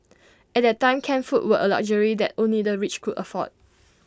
at that time canned foods were A luxury that only the rich could afford